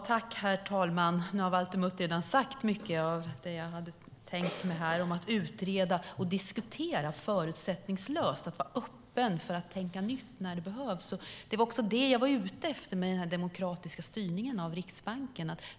Herr talman! Valter Mutt har redan sagt mycket av det jag hade tänkt säga om att utreda och diskutera förutsättningslöst, att vara öppen för att tänka nytt när det behövs. Det var också det jag var ute efter i fråga om den demokratiska styrningen av Riksbanken.